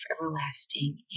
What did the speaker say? everlasting